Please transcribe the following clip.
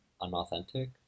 unauthentic